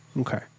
okay